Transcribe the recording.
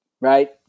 right